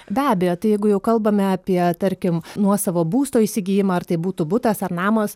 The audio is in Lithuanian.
be abejo tai jeigu jau kalbame apie tarkim nuosavo būsto įsigijimą ar tai būtų butas ar namas